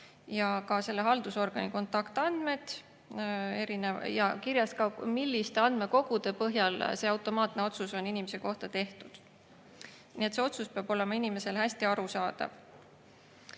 peavad olema haldusorgani kontaktandmed ja ka see, milliste andmekogude põhjal on automaatne otsus inimese kohta tehtud. Nii et see otsus peab olema inimesele hästi arusaadav.